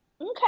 Okay